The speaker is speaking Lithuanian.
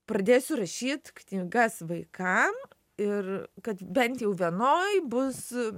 pradėsiu rašyt knygas vaikam ir kad bent jau vienoj bus